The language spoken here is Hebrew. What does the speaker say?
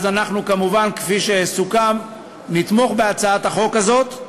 אנחנו, כמובן, כפי שסוכם, נתמוך בהצעת החוק הזאת.